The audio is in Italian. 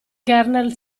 kernel